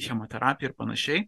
chemoterapija ir panašiai